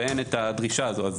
ואין את הדרישה הזאת.